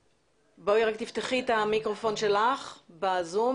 תפתחי את המיקרופון שלך ב-זום